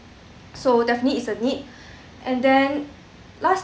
so definitely it's a need and then last